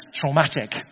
traumatic